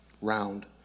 round